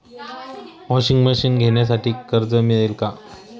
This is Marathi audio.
वॉशिंग मशीन घेण्यासाठी कर्ज मिळेल का?